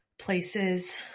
places